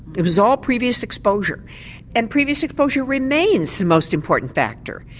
it was all previous exposure and previous exposure remains the most important factor.